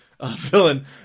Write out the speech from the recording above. villain